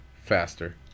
faster